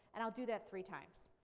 and i'll do that three times.